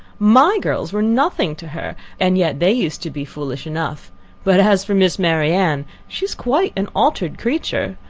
my girls were nothing to her, and yet they used to be foolish enough but as for miss marianne, she is quite an altered creature.